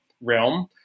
realm